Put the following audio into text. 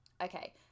Okay